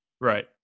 Right